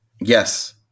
Yes